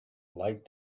light